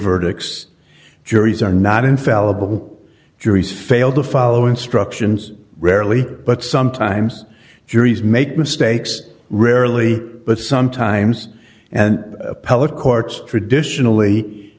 verdicts juries are not infallible juries fail to follow instructions rarely but sometimes juries make mistakes rarely but sometimes and appellate courts traditionally